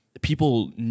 people